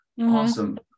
Awesome